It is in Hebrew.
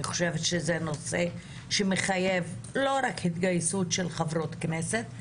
אני חושבת שזה נושא שמחייב לא רק התגייסות של חברות כנסת,